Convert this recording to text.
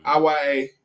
IYA